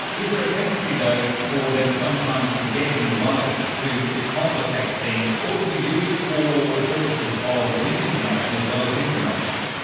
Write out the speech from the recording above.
is there a tendency though for them sometimes to get in the way, to to complicate things, or to be used for purposes of misinformation as well as information?